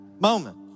moment